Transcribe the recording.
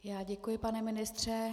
Já děkuji, pane ministře.